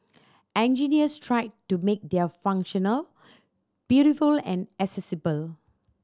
engineers tried to make their functional beautiful and accessible